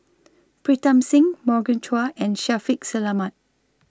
Pritam Singh Morgan Chua and Shaffiq Selamat